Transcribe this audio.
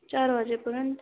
चार वाजेपर्यंत